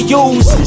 use